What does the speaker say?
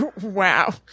Wow